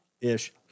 ish